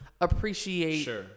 appreciate